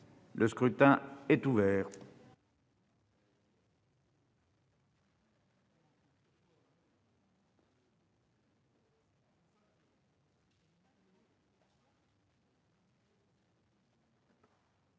Le scrutin est ouvert.